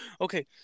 Okay